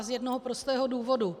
Z jednoho prostého důvodu.